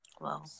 Wow